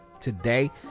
today